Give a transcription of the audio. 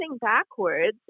backwards